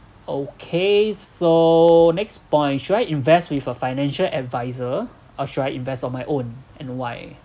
okay so next point should I invest with a financial advisor or should I invest on my own and why